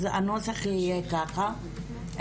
אז הנוסח יהיה ככה,